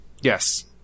Yes